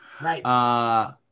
Right